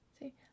See